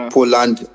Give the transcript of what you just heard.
Poland